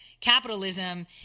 Capitalism